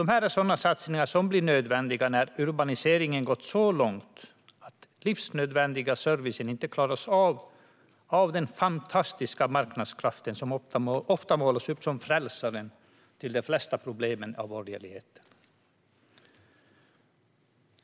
Det är sådana här satsningar som blir nödvändiga när urbaniseringen har gått så långt att den livsnödvändiga servicen inte klaras av den så omtalade fantastiska marknadskraften som av borgerligheten ofta målas upp som frälsaren när det gäller de flesta problem.